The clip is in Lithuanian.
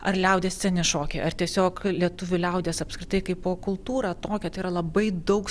ar liaudies sceninį šokį ar tiesiog lietuvių liaudies apskritai kaipo kultūrą tokią yra labai daug